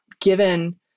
given